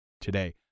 today